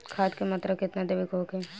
खाध के मात्रा केतना देवे के होखे?